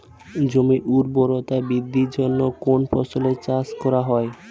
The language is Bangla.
জমির উর্বরতা বৃদ্ধির জন্য কোন ফসলের চাষ করা হয়?